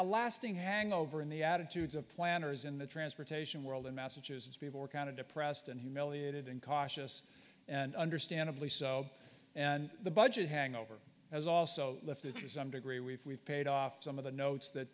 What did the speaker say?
a lasting hangover in the attitudes of planners in the transportation world in massachusetts people were kind of depressed and humiliated and cautious and understandably so and the budget hangover as also lifted to some degree we've we've paid off some of the notes that